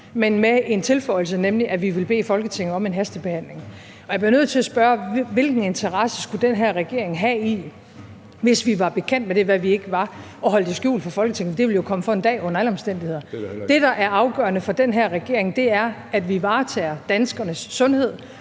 men med en tilføjelse, nemlig at vi ville bede Folketinget om en hastebehandling. Jeg bliver nødt til at spørge: Hvilken interesse skulle den her regering have i, hvis vi var bekendt med det, hvad vi ikke var, at holde det skjult for Folketinget? Det ville jo komme for en dag under alle omstændigheder. Det, der er afgørende for den her regering, er, at vi varetager danskernes sundhed